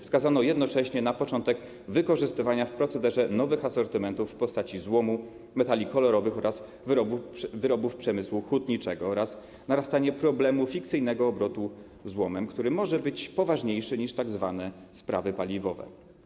Wskazano jednocześnie na początek wykorzystywania w procederze nowych asortymentów w postaci złomu metali kolorowych oraz wyrobów przemysłu hutniczego oraz narastanie problemu fikcyjnego obrotu złomem, który może być poważniejszy niż tzw. sprawy paliwowe.